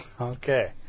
okay